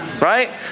right